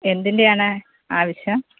എന്തിന്റെയാണ് ആവശ്യം